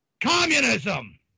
Communism